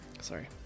Sorry